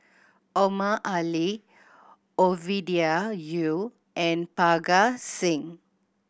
Omar Ali Ovidia Yu and Parga Singh